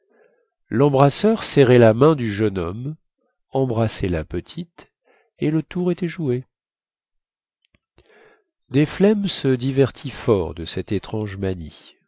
lembrasseur serrait la main du jeune homme embrassait la petite et le tour était joué desflemmes se divertit fort de cette étrange manie